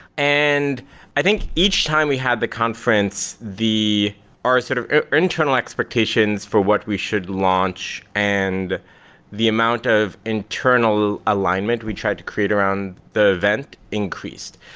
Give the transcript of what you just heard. and i think each time we had the conference, the our sort of internal expectations for what we should launch and the amount of internal alignment we tried to create around the event increased.